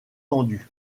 tendues